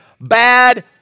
bad